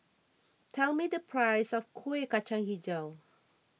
tell me the price of Kuih Kacang HiJau